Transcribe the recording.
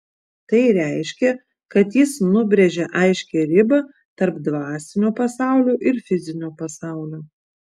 tai reiškia kad jis nubrėžia aiškią ribą tarp dvasinio pasaulio ir fizinio pasaulio